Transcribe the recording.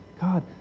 God